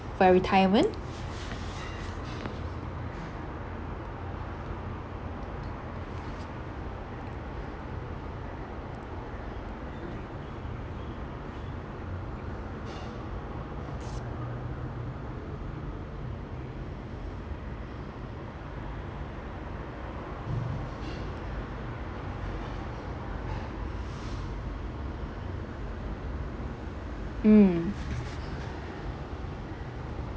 for your retirement mm